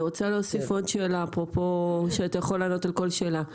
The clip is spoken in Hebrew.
אני רוצה להוסיף עוד שאלה אפרופו שאתה יכול לענות על כל שאלה.